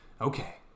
okay